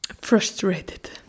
Frustrated